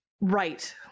Right